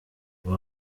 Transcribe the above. ubu